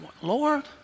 Lord